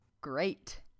great